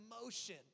emotion